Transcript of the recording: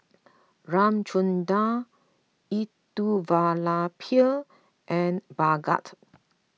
Ramchundra Elattuvalapil and Bhagat